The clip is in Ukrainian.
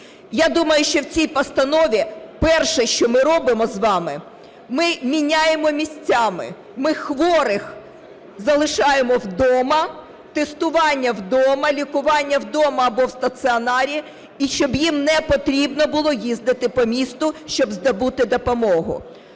Я думаю, що в цій постанові перше, що ми робимо з вами, ми міняємо місцями: ми хворих залишаємо вдома, тестування вдома, лікування вдома або в стаціонарі, і щоб не потрібно було їздити по місту, щоб здобути допомогу.